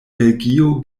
belgio